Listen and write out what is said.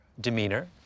demeanor